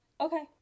okay